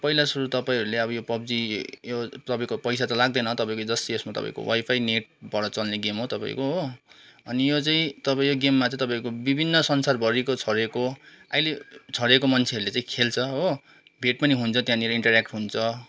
पहिला सुरु तपाईँहरूले अब यो पबजी यो तपाईँको पैसा त लाग्दैन तपाईँको जस्ट यसमा तपाईँको वाइफाई नेटबाट चल्ने गेम हो तपाईँको हो अनि यो चाहिँ तपाईँ यो गेममा चाहिँ तपाईँको विभिन्न संसारभरिको छरिएको अहिले छरिएको मान्छेहरूले चाहिँ खेल्छ हो भेट पनि हुन्छ त्यहाँनिर इन्टर्याक्ट हुन्छ